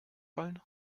fallen